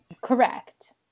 Correct